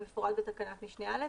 המפורט בתקנת משנה (א),